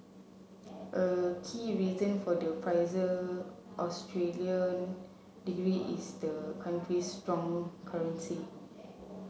a key reason for the pricier Australian degree is the country's strong currency